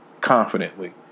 confidently